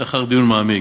לאחר דיון מעמיק,